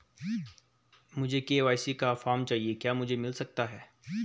मुझे के.वाई.सी का फॉर्म चाहिए क्या मुझे मिल सकता है?